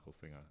Singer